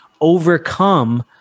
overcome